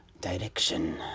direction